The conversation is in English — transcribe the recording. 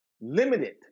limited